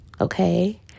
okay